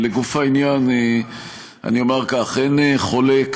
לגוף העניין אני אומר כך: אין חולק